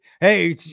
Hey